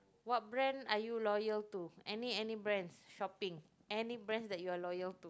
what brand are you loyal to any any brands shopping any brands that you're loyal